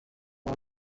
uwo